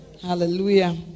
Hallelujah